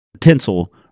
Tinsel